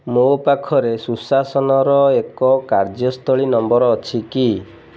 ମୋ ପାଖରେ ସୁସାନର ଏକ କାର୍ଯ୍ୟସ୍ଥଳୀ ନମ୍ବର୍ ଅଛିକି